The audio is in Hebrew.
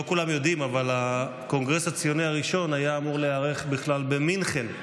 לא כולם יודעים אבל הקונגרס הציוני הראשון היה אמור להיערך בכלל במינכן,